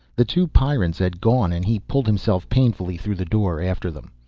the two pyrrans had gone and he pulled himself painfully through the door after them.